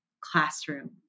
classroom